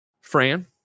Fran